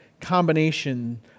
combination